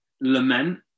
lament